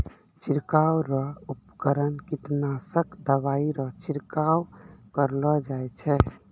छिड़काव रो उपकरण कीटनासक दवाइ रो छिड़काव करलो जाय छै